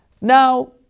Now